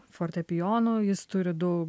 fortepijonu jis turi daug